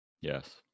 Yes